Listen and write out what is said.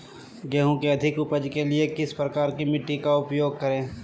गेंहू की अधिक उपज के लिए किस प्रकार की मिट्टी का उपयोग करे?